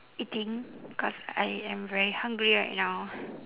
eating cause I am very hungry right now